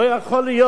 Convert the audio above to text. לא יכול להיות.